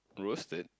roasted